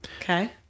Okay